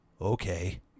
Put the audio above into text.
okay